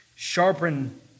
Sharpen